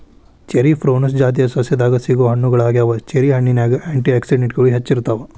cherry prunus ಜಾತಿಯ ಸಸ್ಯದಾಗ ಸಿಗೋ ಹಣ್ಣುಗಳಗ್ಯಾವ, ಚೆರಿ ಹಣ್ಣಿನ್ಯಾಗ ಆ್ಯಂಟಿ ಆಕ್ಸಿಡೆಂಟ್ಗಳು ಹೆಚ್ಚ ಇರ್ತಾವ